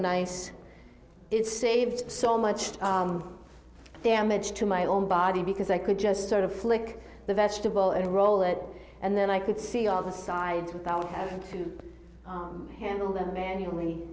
nice it saved so much damage to my own body because i could just sort of flick the vegetable and roll it and then i could see all the sides without having to handle them manually